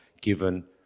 given